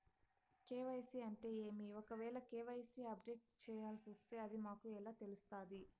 KYC అంటే ఏమి? ఒకవేల కె.వై.సి అప్డేట్ చేయాల్సొస్తే అది మాకు ఎలా తెలుస్తాది?